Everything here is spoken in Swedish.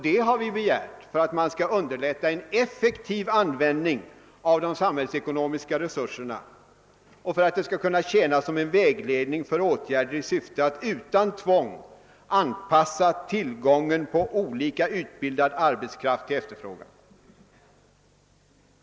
Det har vi begärt för att man skall underlätta en effektiv användning av de samhällsekonomiska resurserna och för att det skall kunna tjäna som en vägledning för åtgärder i syfte att utan tvång anpassa tillgången på olika utbildad arbetskraft till efterfrågan.